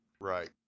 Right